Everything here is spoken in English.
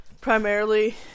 primarily